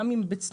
גם אם בצניעות,